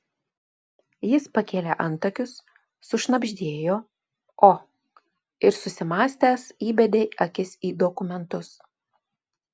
jis pakėlė antakius sušnabždėjo o ir susimąstęs įbedė akis į dokumentus